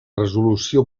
resolució